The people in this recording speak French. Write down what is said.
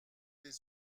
des